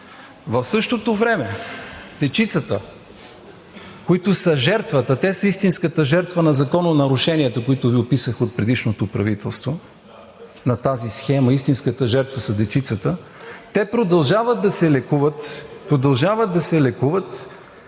В същото време дечицата, които са жертвата, те са истинската жертва на закононарушенията, които Ви описах от предишното правителство, на тази схема истинската жертва са дечицата, те продължават да се лекуват в едни много лоши